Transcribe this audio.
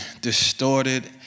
distorted